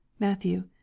MATTHEW